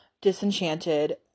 disenchanted